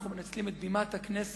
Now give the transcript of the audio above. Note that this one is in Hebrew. אנחנו מנצלים את בימת הכנסת